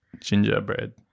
gingerbread